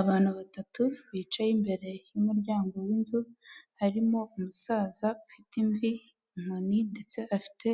Abantu batatu bicaye imbere y'umuryango w'inzu, harimo umusaza ufiti imvi, inkoni ndetse afite